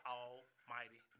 almighty